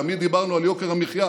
תמיד דיברנו על יוקר המחיה,